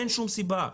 אין שום סיבה.